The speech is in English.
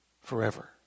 forever